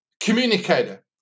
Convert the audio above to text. communicator